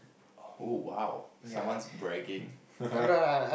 oh !wow! someone's bragging